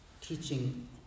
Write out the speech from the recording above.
teaching